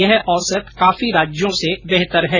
यह औसत काफी राज्यों से बेहतर है